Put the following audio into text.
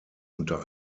unter